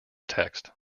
text